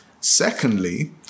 Secondly